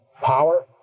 power